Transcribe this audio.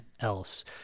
else